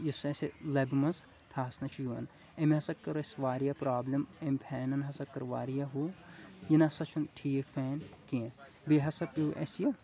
یُس اسہِ لبہِ منٛز ٹھاسنہٕ چھُ یوان أمۍ ہسا کٔر اسہِ واریاہ پرابلِم أمۍ فینن ہسا کٔر واریاہ ہُہ یہِ نسا چھُنہٕ ٹھیٖک فین کینٛہہ بیٚیہِ ہسا پٮ۪وٚو اسہِ یہِ